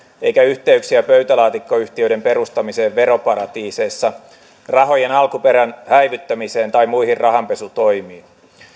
eikä yhteyksiä pöytälaatikkoyhtiöiden perustamiseen veroparatiiseissa rahojen alkuperän häivyttämiseen tai muihin rahanpesutoimiin